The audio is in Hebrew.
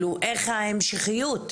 איך ההמשכיות.